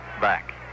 back